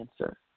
answer